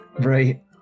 Right